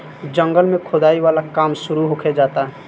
जंगल में खोदाई वाला काम शुरू होखे जाता